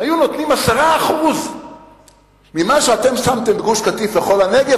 אם היו נותנים 10% ממה שאתם שמתם בגוש-קטיף לכל הנגב,